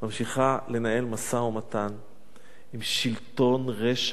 ממשיכה לנהל משא-ומתן עם שלטון רשע,